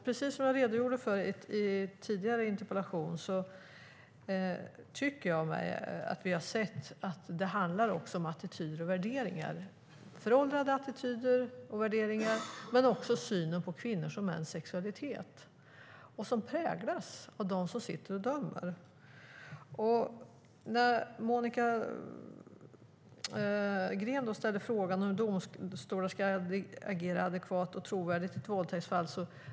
Precis som jag redogjorde för i den tidigare interpellationsdebatten tycker jag mig ha sett att det också handlar om föråldrade attityder och värderingar och om synen på kvinnors och mäns sexualitet som präglas av dem som dömer. Monica Green ställer frågan hur domstolar ska agera adekvat och trovärdigt i våldtäktsfall.